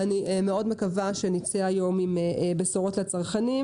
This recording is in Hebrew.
ואני מאוד מקווה שנצא היום עם בשורות לצרכנים,